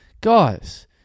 Guys